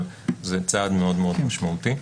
זה צעד מאוד משמעותי.